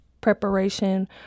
preparation